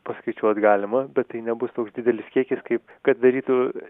paskaičiuot galima bet tai nebus toks didelis kiekis kaip kad darytų